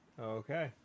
Okay